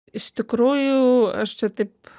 iš tikrųjų aš čia taip